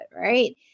right